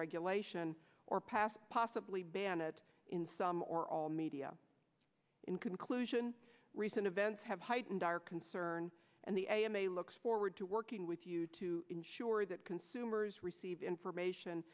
regulation or pass possibly ban it in some or all media in conclusion recent events have heightened our concern and the a m a looks forward to working with you to ensure that consumers receive information